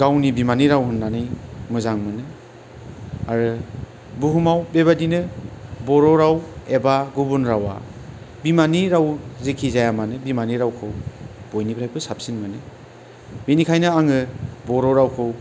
गावनि बिमानि राव होननानै मोजां मोनो आरो बुहुमाव बेबायदिनो बर' राव एबा गुबुन रावा बिमानि राव जिखि जाया मानो बिमानि रावखौ बयनिफ्रायबो साबसिन मोनो बेनिखायनो आङो बर' रावखौ